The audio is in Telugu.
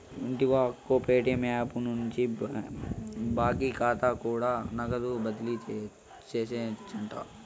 వింటివా అక్కో, ప్యేటియం యాపు నుండి బాకీ కాతా కూడా నగదు బదిలీ సేయొచ్చంట